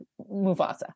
Mufasa